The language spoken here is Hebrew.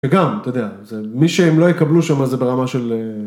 ‫וגם, אתה יודע, מי שהם לא יקבלו שם, ‫אז זה ברמה של...